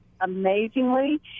amazingly